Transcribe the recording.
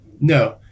No